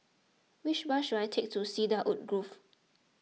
which bus should I take to Cedarwood Grove